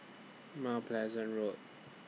Mount Pleasant Road